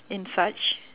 in such